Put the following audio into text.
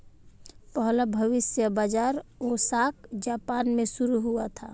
पहला भविष्य बाज़ार ओसाका जापान में शुरू हुआ था